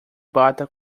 bata